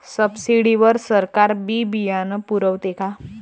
Subsidy वर सरकार बी बियानं पुरवते का?